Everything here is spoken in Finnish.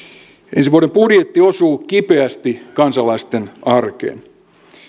ensi vuoden budjetti osuu kipeästi kansalaisten arkeen